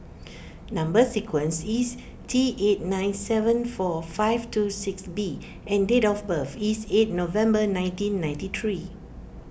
Number Sequence is T eight nine seven four five two six B and date of birth is eight November nineteen ninety three